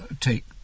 take